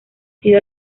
sido